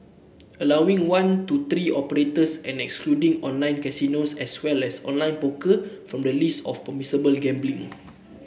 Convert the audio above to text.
allowing one to three operators and excluding online casinos as well as online poker from the list of permissible gambling